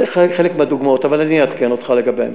זה חלק מהדוגמאות, אבל אני אעדכן אותך לגבי ההמשך.